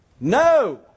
No